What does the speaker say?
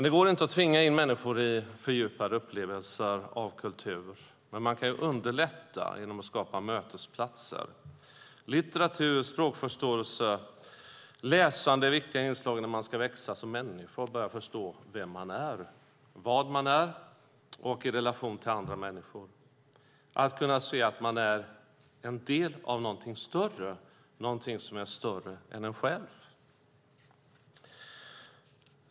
Det går inte att tvinga in människor i fördjupade upplevelser av kultur. Men man kan underlätta genom att skapa mötesplatser. Litteratur, språkförståelse och läsande är viktiga inslag när man ska växa som människa och börja förstå vem man är och vad man är i relation till andra människor, kunna se att man är en del av något större, något som är större än en själv.